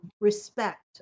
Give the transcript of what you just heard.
respect